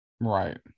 right